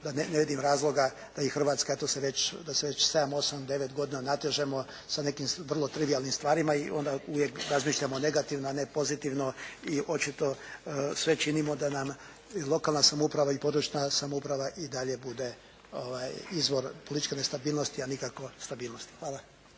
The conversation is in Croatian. Ne vidim razloga da i Hrvatska eto se već, da se već sedam, osam, devet godina natežemo sa nekim vrlo trivijalnim stvarima i onda uvijek razmišljamo negativno, a ne pozitivno i očito sve činimo da nam lokalna samouprava i područna samouprava i dalje bude izvor političke nestabilnosti, a nikako stabilnosti. Hvala.